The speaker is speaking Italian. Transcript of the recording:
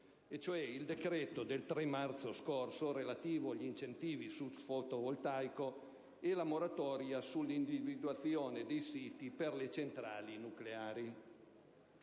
Governo: il decreto del 3 marzo scorso, relativo agli incentivi sul fotovoltaico, e la moratoria sull'individuazione dei siti per le centrali nucleari.